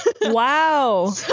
Wow